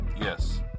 Yes